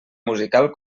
musical